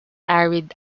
arid